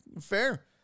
fair